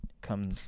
come